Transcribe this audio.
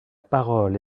parole